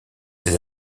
des